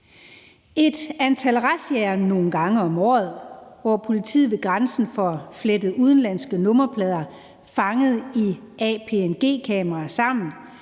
Et antal razziaer nogle gange om året, hvor politiet ved grænsen får koblet udenlandske nummerplader fanget i anpg-kameraer sammen